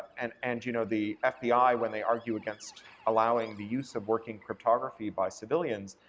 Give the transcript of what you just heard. and and, you know, the fbi when they argue against allowing the use of working cryptography by civilians,